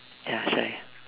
ya shy